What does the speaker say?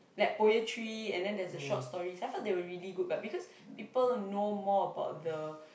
like poetry and then there's a short story last time they were really good but because people know more about the